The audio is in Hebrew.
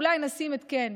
אולי נשים התקן.